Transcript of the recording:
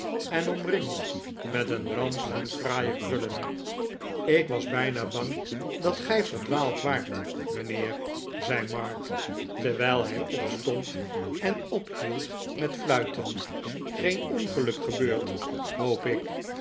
en omringd met een rand van fraaie krullen ik was bijnajbang dat gij verdwaald waart mijnheer zei mark terwijl hij opstond en ophield met fluiten geen ongeluk gebeurd hoop ik